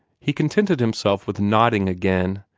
he contented himself with nodding again,